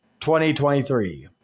2023